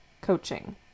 coaching